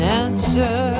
answer